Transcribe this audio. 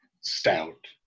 stout